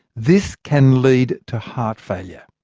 this can lead to heart failure.